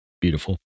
beautiful